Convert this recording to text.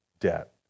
debt